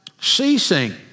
ceasing